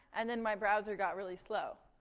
and then my browser got really slow.